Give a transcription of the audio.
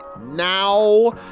now